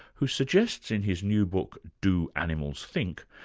who suggests in his new book, do animals think?